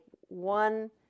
one